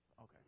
Okay